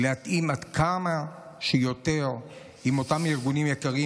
היא לתאם כמה שיותר עם אותם ארגונים יקרים,